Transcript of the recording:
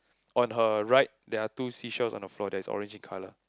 on her right there are two seashells on the floor that is orange colour